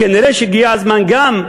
כנראה הגיע הזמן גם,